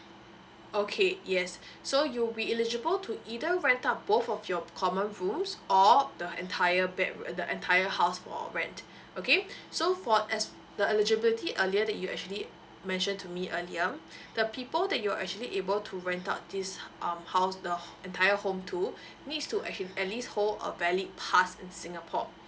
okay yes so you'll be eligible to either rent out both of your common rooms or the entire bedroom uh the entire house for rent okay so for as the eligibility earlier that you actually mention to me earlier the people that you're actually able to rent out this um house the entire home to needs to actu~ at least hold a valid pass in singapore